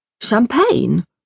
Champagne